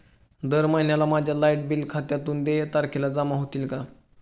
दर महिन्याला माझ्या लाइट बिल खात्यातून देय तारखेला जमा होतील का?